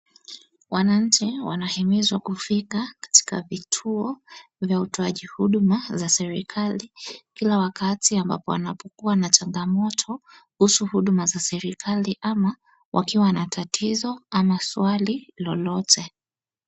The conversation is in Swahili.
Wananchi wanahimizwa kufika katika vituo vya utoaji huduma za serikali kila wakati ambapo wanapokuwa na changamoto kuhusu huduma za serikali ama wakiwa na tatizo ama swali lolote.